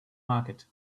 market